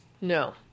No